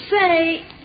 say